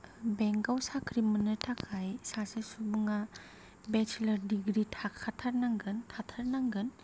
बेंकाव साख्रि मोन्नो थाखाय सासे सुबुंआ बेचेलर दिग्री थाखाथारनांगोन थाथारनांगोन